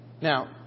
Now